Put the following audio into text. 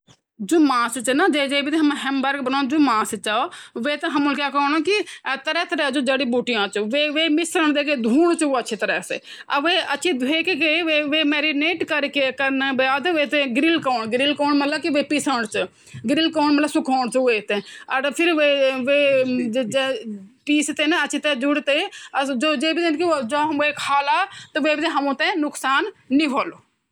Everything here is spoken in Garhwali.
खाने से जुड़ी सामान्य एलर्जी म कई खानू छन जन की दूध, अंडा, गेंहू, मछली, मेवा अर सोया छन। यो एलर्जी मा त्वचा म खुजली, पेट दर्द अर साँस म दिक्कत जन लक्षण दिखाई देन्द। मेवा एलर्जी: बादाम, काजू, अखरोट जैसे ड्राइ फ्रूट्स से भी एलर्जी हो सक्द छ।